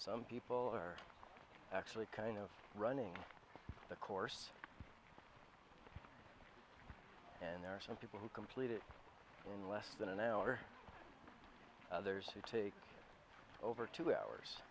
some people are actually kind of running the course and there are some people who completed in less than an hour others who take over two hours